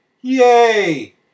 Yay